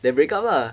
they break up lah